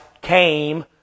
came